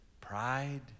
pride